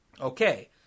Okay